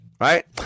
right